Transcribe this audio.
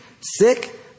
sick